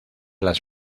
las